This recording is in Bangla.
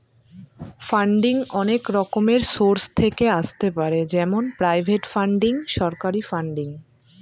ফান্ডিং অনেক রকমের সোর্স থেকে আসতে পারে যেমন প্রাইভেট ফান্ডিং, সরকারি ফান্ডিং